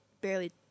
barely